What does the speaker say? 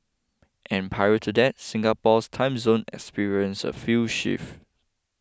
and prior to that Singapore's time zone experience a few shift